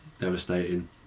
devastating